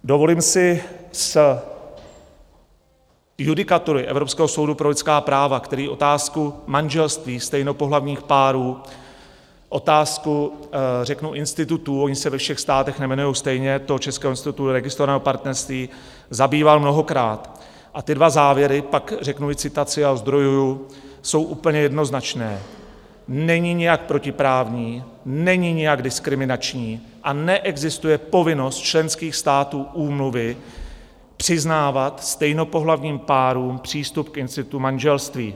Dovolím si z judikatury Evropského soudu pro lidská práva, který otázku manželství stejnopohlavních párů, otázku řeknu institutu ony se ve všech státech nejmenují stejně českého institutu registrovaného partnerství zabýval mnohokrát a ty dva závěry, pak řeknu i citaci a ozdrojuji, jsou úplně jednoznačné: Není nijak protiprávní, není nijak diskriminační a neexistuje povinnost členských států úmluvy přiznávat stejnopohlavním párům přístup k institutu manželství.